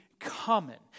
common